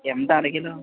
ఎంత అర కిలో